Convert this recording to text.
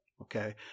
okay